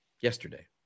yesterday